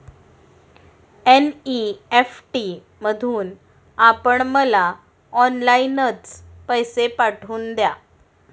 NEFT मधून आपण मला ऑनलाईनच पैसे पाठवून द्या